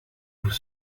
vous